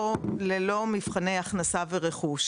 ללא מבחני הכנסה ורכוש.